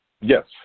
Yes